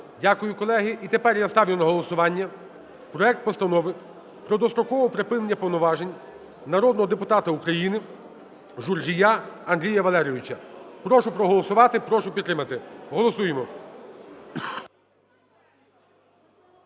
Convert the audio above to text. Дякую, колеги. І тепер я ставлю на голосування проект Постанови про дострокове припинення повноважень народного депутата України Журжія Андрія Валерійовича. Прошу проголосувати, прошу підтримати, голосуємо.